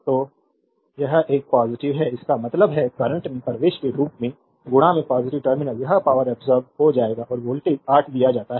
तो यह एक पॉजिटिव है इसका मतलब है करंट में प्रवेश के रूप में पॉजिटिव टर्मिनल यह पावरअब्सोर्बेद हो जाएगा और वोल्टेज 8 दिया जाता है